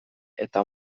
eta